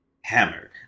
Hammer